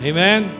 Amen